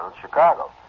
Chicago